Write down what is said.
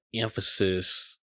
emphasis